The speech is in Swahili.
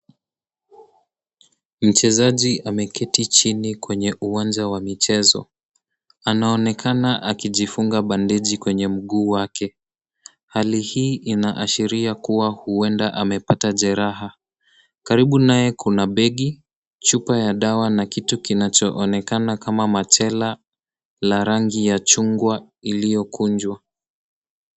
Mchezaji ameketi chini kwenye uwanja wa michezo. Anaoneka akijifunga bandeji kwenye mguu wake. hali hii inaashiria kuwa huenda amepata jeraha. Karibu naye kuna begi, chupa ya dawa na kitu kinachoonekana kama machela la rangi ya chungwa iliyokunjwa.